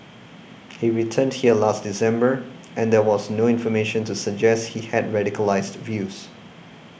he returned here last December and there was no information to suggest he had radicalised views